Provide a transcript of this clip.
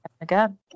again